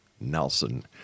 Nelson